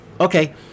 Okay